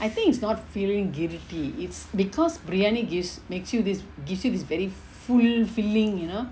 I think it's not feeling guilty it's because briyani gives makes you this gives you this very full feeling you know